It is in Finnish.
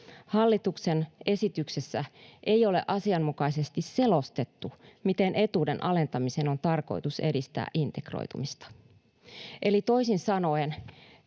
Hallituksen esityksessä ei ole asianmukaisesti selostettu, miten etuuden alentamisen on tarkoitus edistää integroitumista.” Eli toisin sanoen,